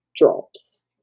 drops